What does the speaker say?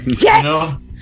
Yes